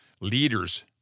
Leaders